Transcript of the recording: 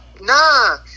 nah